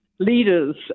leaders